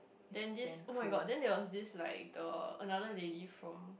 then this oh-my-God then there was this like the another lady from